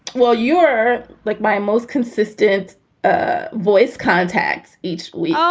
well, you're like my most consistent ah voice contacts each we um